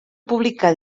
publicar